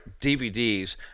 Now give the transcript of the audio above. DVDs